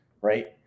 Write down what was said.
right